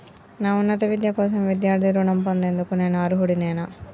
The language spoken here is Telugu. నా ఉన్నత విద్య కోసం విద్యార్థి రుణం పొందేందుకు నేను అర్హుడినేనా?